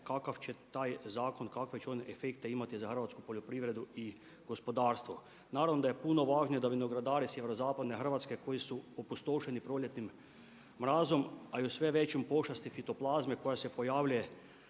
kakav će taj zakon, kakve će on efekte imati za hrvatsku poljoprivredu i gospodarstvo. Naravno da je puno važnije da vinogradari sjeverozapadne Hrvatske koji su opustošeni proljetnim mrazom, a i sve većom pošasti fitoplazme koja se pojavljuje